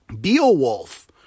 Beowulf